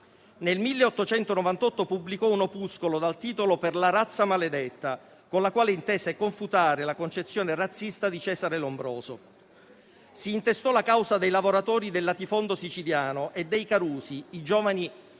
Nel 1898 pubblicò un opuscolo dal titolo «Per la razza maledetta», con la quale intese confutare la concezione razzista di Cesare Lombroso. Si intestò la causa dei lavoratori del latifondo siciliano e dei carusi, i giovani